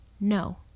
no